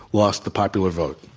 lost the popular vote.